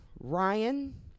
Ryan